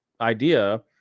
idea